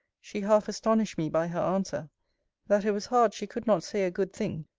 she half-astonished me by her answer that it was hard she could not say a good thing,